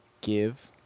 Give